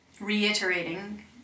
reiterating